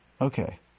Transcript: Okay